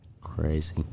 Crazy